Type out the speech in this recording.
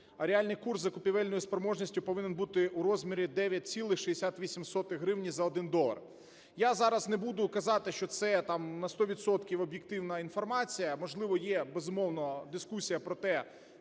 реальний курс закупівельної спроможності повинен бути у розмірі 9,68 гривні за один долар. Я зараз не буду казати, що це там на 100 відсотків об'єктивна інформація, можливо, є, безумовно, дискусія про те,